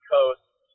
Coast